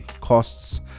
costs